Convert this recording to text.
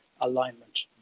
alignment